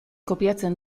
kopiatzen